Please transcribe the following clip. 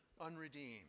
unredeemed